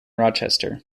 rochester